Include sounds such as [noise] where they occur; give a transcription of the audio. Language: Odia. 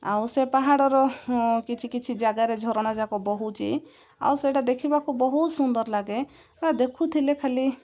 ଆଉ ସେ ପାହାଡ଼ର କିଛି କିଛି ଜାଗାରେ ଝରଣା ଯାକ ବହୁଛି ଆଉ ସେଇଟା ଦେଖିବାକୁ ବହୁତ ସୁନ୍ଦର ଲାଗେ [unintelligible] ଦେଖୁଥିଲେ ଖାଲି